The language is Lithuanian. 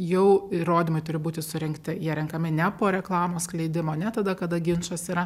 jau įrodymai turi būti surinkti jie renkami ne po reklamos skleidimo ne tada kada ginčas yra